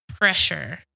pressure